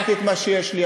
אמרתי את מה שיש לי.